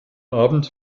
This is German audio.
abend